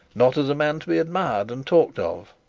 not as a man to be admired and talked of,